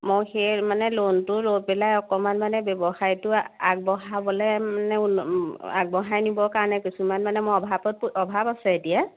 মই সেই মানে ল'নটো লৈ পেলাই অকণমান মানে ব্যৱসায়টো আগবঢ়াবলৈ মানে আগবঢ়াই নিবৰ কাৰণে কিছুমান মানে মই অভাৱত পই অভাৱ আছে এতিয়া